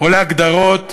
או להגדרות